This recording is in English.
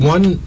One